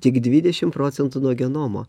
tik dvidešim procentų nuo genomo